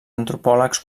antropòlegs